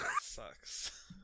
Sucks